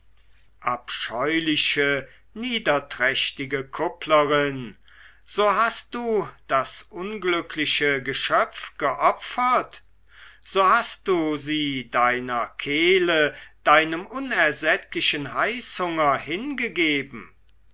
abscheuliche niederträchtige kupplerin so hast du das unglückliche geschöpf geopfert so hast du sie deiner kehle deinem unersättlichen heißhunger hingegeben